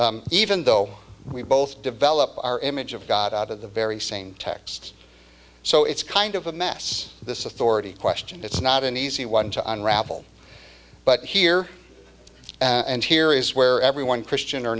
gods even though we both developed our image of god out of the very same text so it's kind of a mess this authority question it's not an easy one to unravel but here and here is where everyone christian or